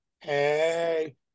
Hey